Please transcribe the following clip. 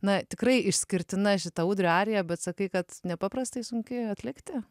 na tikrai išskirtina šita ūdrio arija bet sakai kad nepaprastai sunki atlikti